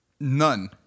None